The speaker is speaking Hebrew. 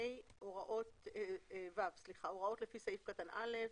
(ו)הוראות לפי סעיף קטן (א)